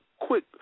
quick